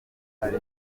hari